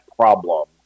problem